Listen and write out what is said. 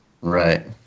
right